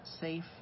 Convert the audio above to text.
safe